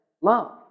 love